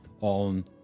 on